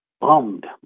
bummed